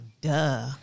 duh